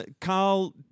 Carl